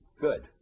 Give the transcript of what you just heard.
Good